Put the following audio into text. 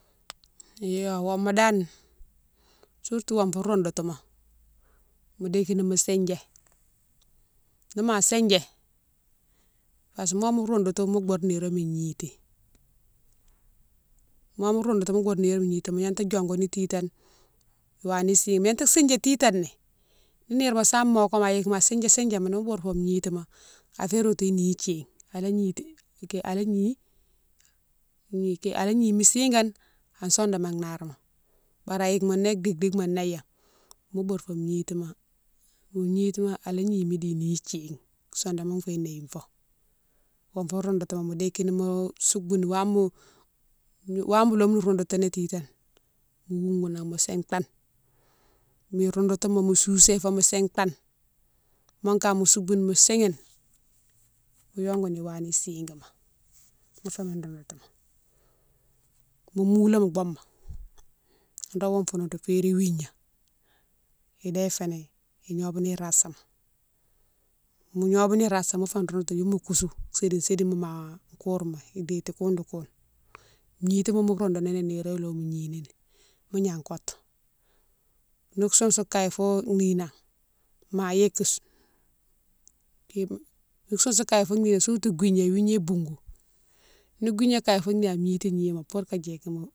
Yo woma dane surtout wonfou roundoutouma mo dékine mo sindjé, nima sindjé parce que moma roundoutou mo boude niroma ignity, moma roundoutou mo boude niroma gnity mo gnata diongouni titane wani sigui, mo gnata sindjé titane né, ni nire ma same mokama a yike mo sindjé- sindjé nimo bourfo gnitima afé rotou ini thine ala gnity, ala gni ala gnini siguane an sodomé narema bari a yike mo né dike- dike ma néya mo bourfo gnitima, mo gnitima ala gnimi di ni thine sodoma fé néghine fo. Wonfou roundoutouma mo dékini mo soubouni wama- wama mo lome roundoutini titane mo wougounan mo sintane, mo roundoutouma mo sousé fo mo sintane mo kama mo soubouni mo sighine mo yongoni iwane siguima mo fé mo roundoutouma. Mo moulé mo bouma, nro wonfoma nro férine wigna idé fénan ignobéni rastama, mo gnobéni rastama mo fé roundoutouma nimo kousou sédi sédima ma kourma déti koune di koune gnitima mo roundouni ni niroma ilome gnini ni mo gna kotou, ni sousoune kagne fo ninan, ma yike, ni sousoune kaye fo ninan surtout gouilgna, iwigna boungou, ni gouilgna kaye fo ni an gnity gnima fo ka djétini.